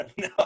no